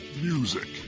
music